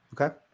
okay